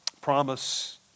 Promise